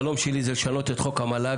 החלום שלי הוא לשנות את חוק המל"ג,